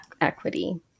equity